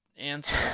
Answer